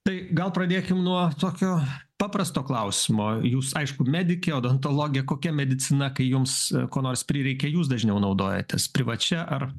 tai gal pradėkim nuo tokio paprasto klausimo jūs aišku medikė odontologė kokia medicina kai jums ko nors prireikia jūs dažniau naudojatės privačia ar